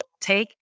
take